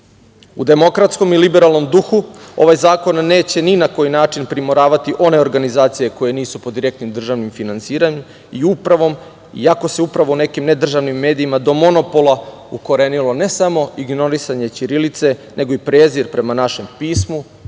demokratskom i liberalnom duhu ovaj zakon neće ni na koji način primoravati one organizacije koje nisu pod direktnim državnim finansiranjem iako se upravo u nekim nedržavnim medijima do monopola ukorenilo ne samo ignorisanje ćirilice, nego i prezir prema našem pismu,